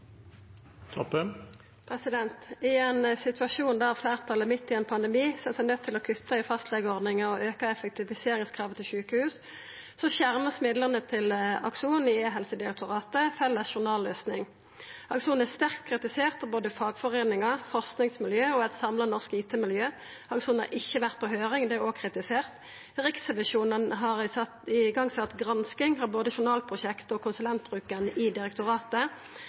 I ein situasjon der fleirtalet midt i ein pandemi ser seg nøydd til å kutta i fastlegeordninga og auka effektiviseringskravet til sjukehus, vert midlane til den felles journalløysinga Akson i Helsedirektoratet skjerma. Akson er sterkt kritisert av både fagforeiningar, forskingsmiljø og eit samla norsk IT-miljø. Akson har ikkje vore på høyring – det er òg kritisert. Riksrevisjonen har sett i gang gransking av både journalprosjektet og konsulentbruken i direktoratet,